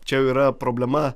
čia jau yra problema